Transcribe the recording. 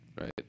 right